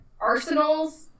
Arsenal's